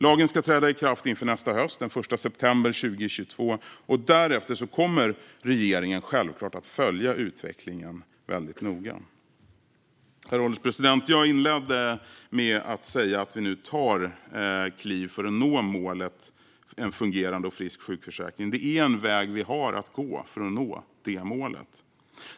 Lagen ska träda i kraft den 1 september 2022, och därefter kommer regeringen givetvis att följa utvecklingen noga. Herr ålderspresident! Jag inledde med att säga att vi nu tar ett kliv för att nå målet om en fungerande och frisk sjukförsäkring. Vi har en väg att gå för att nå detta mål.